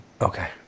Okay